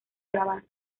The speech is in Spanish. grabar